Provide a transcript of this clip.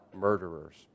murderers